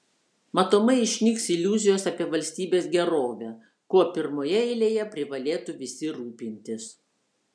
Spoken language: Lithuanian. matomai išnyks iliuzijos apie valstybės gerovę kuo pirmoje eilėje privalėtų visi rūpintis